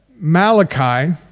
Malachi